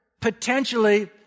potentially